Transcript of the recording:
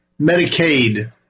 Medicaid